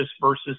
versus